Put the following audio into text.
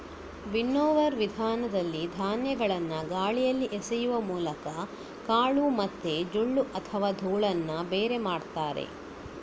winnower ವಿಧಾನದಲ್ಲಿ ಧಾನ್ಯಗಳನ್ನ ಗಾಳಿಯಲ್ಲಿ ಎಸೆಯುವ ಮೂಲಕ ಕಾಳು ಮತ್ತೆ ಜೊಳ್ಳು ಅಥವಾ ಧೂಳನ್ನ ಬೇರೆ ಮಾಡ್ತಾರೆ